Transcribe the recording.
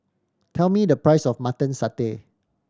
tell me the price of Mutton Satay